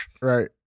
Right